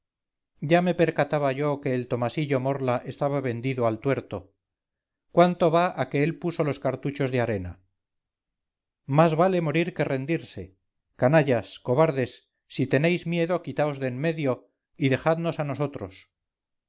ya me percataba yo que el tomasillo morla estaba vendido al tuerto cuánto va a que él puso los cartuchos de arena más vale morir que rendirse canallas cobardes si tenéis miedo quitaos de en medio y dejadnos a nosotros